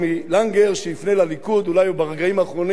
אולי הוא ברגעים האחרונים יצליח לשכנע